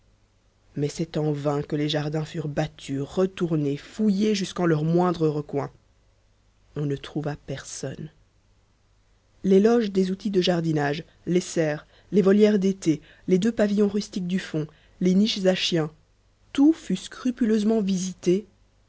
mais c'est en vain que les jardins furent battus retournés fouillés jusqu'en leurs moindres recoins on ne trouva personne les loges des outils de jardinage les serres les volières d'été les deux pavillons rustiques du fond les niches à chiens tout fut scrupuleusement visité